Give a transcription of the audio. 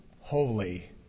holy